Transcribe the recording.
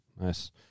nice